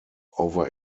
over